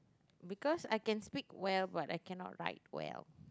because I can speak well but I cannot write well